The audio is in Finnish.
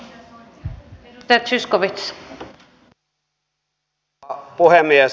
arvoisa rouva puhemies